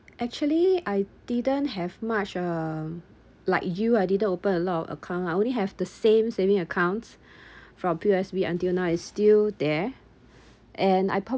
actually I didn't have much um like you I didn't open a lot of account I only have the same saving account from P_O_S_B until now is still there and I